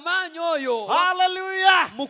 Hallelujah